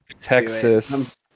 Texas